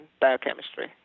biochemistry